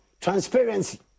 Transparency